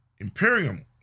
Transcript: Imperium